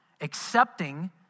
accepting